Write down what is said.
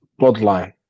bloodline